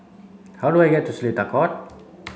how do I get to Seletar Court